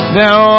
now